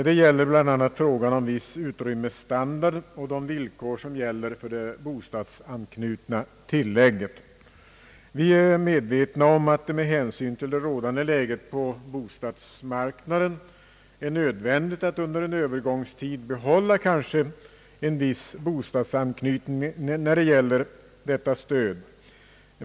Det gäller bl.a. frågan om viss utrymmesstandard och de villkor som gäller för det bostadsanknutna tillägget. Vi är medvetna om att det med hänsyn till det rådande läget på bostadsmarknaden är nödvändigt att under en övergångstid behålla kanske en viss bostadsanknytning när det gäller detta stöd.